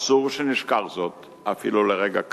אסור שנשכח זאת אפילו לרגע קט.